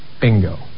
Bingo